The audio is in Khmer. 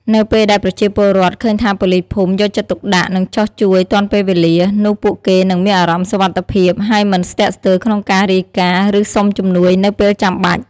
នៅពេលដែលប្រជាពលរដ្ឋឃើញថាប៉ូលីសភូមិយកចិត្តទុកដាក់ និងចុះជួយទាន់ពេលវេលា នោះពួកគេនឹងមានអារម្មណ៍សុវត្ថិភាព ហើយមិនស្ទាក់ស្ទើរក្នុងការរាយការណ៍ ឬសុំជំនួយនៅពេលចាំបាច់។